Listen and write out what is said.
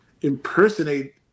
impersonate